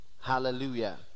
hallelujah